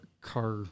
car